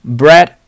bread